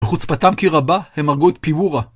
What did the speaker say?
בחוצפתם כי רבה הם הרגו את פיורה